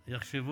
וריכוז.